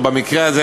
במקרה הזה,